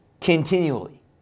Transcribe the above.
continually